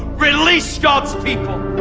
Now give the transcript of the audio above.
release god's people.